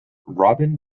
robin